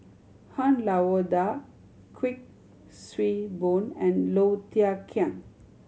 Han Lao Da Kuik Swee Boon and Low Thia Khiang